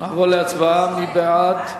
מי בעד?